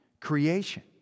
creation